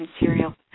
material